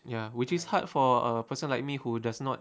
ya which is hard for a person like me who does not